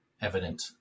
evident